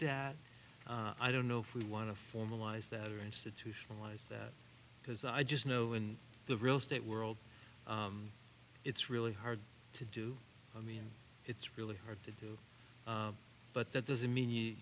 that i don't know if we want to formalize that or institutionalize that because i just know in the real estate world it's really hard to do i mean it's really hard to do but that doesn't mean you